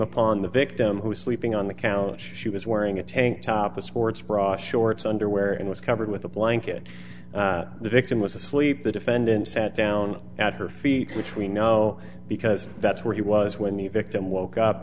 upon the victim who's sleeping on the couch she was wearing a tank top a sports bra shorts underwear and was covered with a blanket the victim was asleep the defendant sat down at her feet which we know because that's where he was when the victim woke up